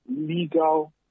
legal